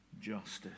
justice